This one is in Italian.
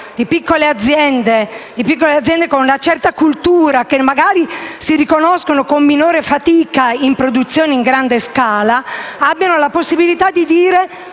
piccole aziende con una certa cultura, che magari si riconoscono con minore fatica in produzioni in grande scala - abbia la possibilità di dire